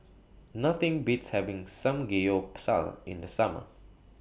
Nothing Beats having Samgeyopsal in The Summer